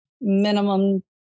minimum